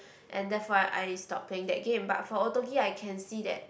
and therefore I I stop playing that game but for auto gear I can see that